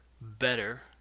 better